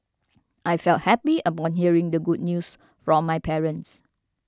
I felt happy upon hearing the good news from my parents